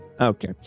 Okay